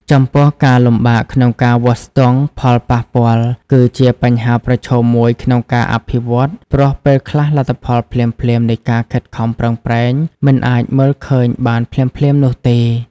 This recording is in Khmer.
ចំពោះការលំបាកក្នុងការវាស់ស្ទង់ផលប៉ះពាល់ គឺជាបញ្ហាប្រឈមមួយក្នុងការងារអភិវឌ្ឍន៍ ព្រោះ ពេលខ្លះលទ្ធផលភ្លាមៗនៃការខិតខំប្រឹងប្រែងមិនអាចមើលឃើញបានភ្លាមៗនោះទេ។